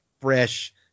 fresh